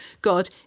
God